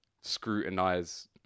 scrutinize